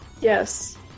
yes